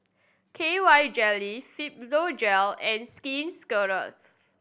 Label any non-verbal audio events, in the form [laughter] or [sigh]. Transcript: K Y Jelly Fibogel [unintelligible] and Skin Ceuticals